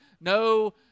No